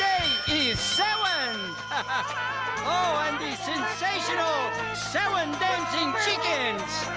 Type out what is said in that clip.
so and ah um the sensational seven dancing chickens!